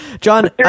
John